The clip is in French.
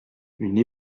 une